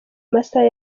masaha